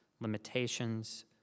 limitations